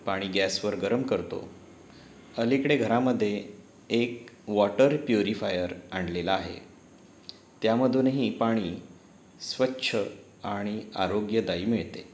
पाणी गॅसवर गरम करतो अलीकडे घरामध्ये एक वॉटर प्युरीफायर आणलेला आहे त्यामधूनही पाणी स्वच्छ आणि आरोग्यदायी मिळते